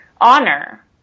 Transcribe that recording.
honor